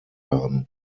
haben